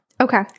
Okay